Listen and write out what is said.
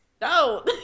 no